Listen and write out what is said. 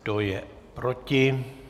Kdo je proti?